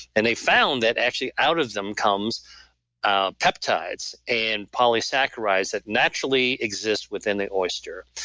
and they found that actually out of them comes ah peptides and polysaccharides that naturally exist within the oyster,